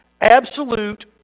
absolute